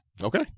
Okay